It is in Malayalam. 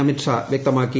അമിത് ഷാ വ്യക്തമാക്കി